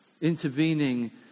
intervening